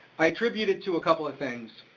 i attribute it to a couple of things.